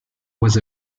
was